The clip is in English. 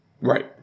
right